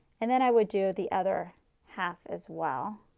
and then i would do the other half as well.